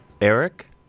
Eric